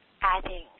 adding